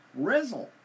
Rizzle